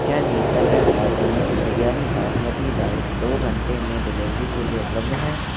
क्या Natureland organic biryani basmati rice दो घंटे में डिलीवरी के लिए उपलब्ध हैं